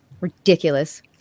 Ridiculous